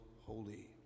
holy